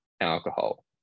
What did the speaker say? alcohol